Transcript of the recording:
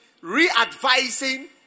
re-advising